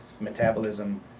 metabolism